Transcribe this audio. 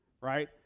right